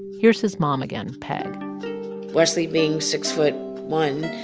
here's his mom again, peg wesley being six foot one,